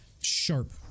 sharp